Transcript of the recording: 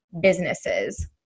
businesses